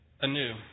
anew